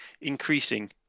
increasing